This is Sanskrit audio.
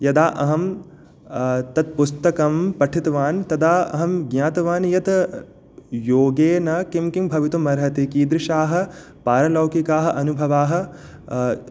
यदा अहं तत् पुस्तकं पठितवान् तदा अहं ज्ञातवान् यत् योगेन किं किं भवितुमर्हति कीदृशाः पारलौकिकाः अनुभवाः